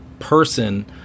person